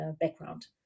background